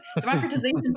Democratization